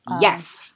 yes